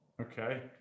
Okay